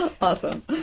Awesome